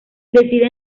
decide